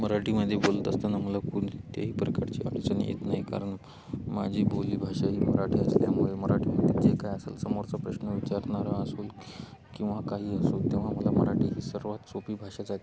मराठीमध्ये बोलत असताना मला कोणत्याही प्रकारची अडचण ही येत नाही कारण माझी बोलीभाषा ही मराठी असल्यामुळे मराठीमध्ये जे काय असेल समोरचा प्रश्न विचारणारा असो किंवा काहीही असो तेव्हा मला मराठी ही सर्वात सोपी भाषा जाते